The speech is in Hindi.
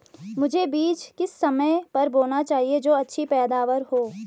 मुझे बीज किस समय पर बोना चाहिए जो अच्छी पैदावार हो?